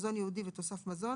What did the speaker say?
מזון ייעודי ותוסף מזון,